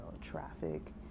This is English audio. traffic